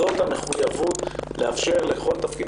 זאת המחויבות לאפשר נגישות לכל תפקיד,